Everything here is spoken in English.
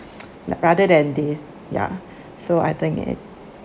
rather than this ya so I think it